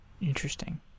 Interesting